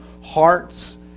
hearts